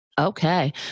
Okay